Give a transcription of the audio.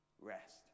rest